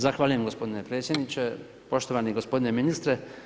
Zahvaljujem gospodine predsjedniče, poštovani gospodine ministre.